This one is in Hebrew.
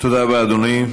תודה רבה, אדוני.